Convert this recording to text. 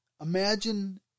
imagine